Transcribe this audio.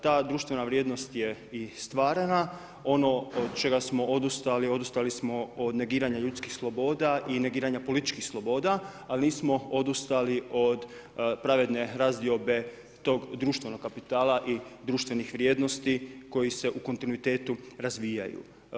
Ta društvena vrijednost je i stvarana, ono od čega smo odustali, odustali smo od negiranja ljudskih sloboda i negiranja političkih sloboda ali nismo odustali od pravedne razdiobe tog društvenog kapitala i društvenih vrijednosti koji se u kontinuitetu razvijaju.